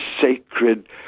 sacred